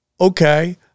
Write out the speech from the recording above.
okay